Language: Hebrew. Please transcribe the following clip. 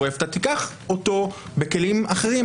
תיקח אותו בכלים אחרים,